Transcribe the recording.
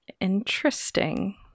Interesting